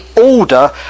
order